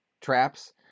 traps